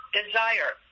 desire